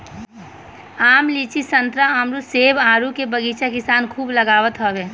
आम, लीची, संतरा, अमरुद, सेब, आडू के बगीचा किसान खूब लगावत हवे